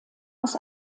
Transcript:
aus